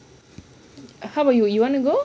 how about you you want to go